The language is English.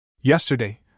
Yesterday